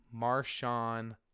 Marshawn